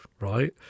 right